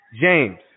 James